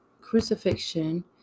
crucifixion